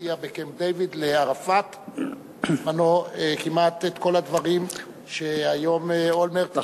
והציע בקמפ-דייוויד לערפאת בזמנו כמעט את כל הדברים שהיום אולמרט,